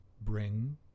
bring